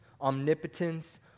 omnipotence